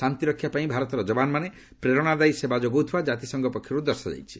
ଶାନ୍ତିରକ୍ଷା ପାଇଁ ଭାରତର ଯବାନମାନେ ପ୍ରେରଣାଦାୟୀ ସେବା ଯୋଗାଉଥିବା ଜାତିସଂଘ ପକ୍ଷରୁ ଦର୍ଶାଯାଇଛି